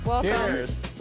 Cheers